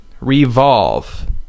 Revolve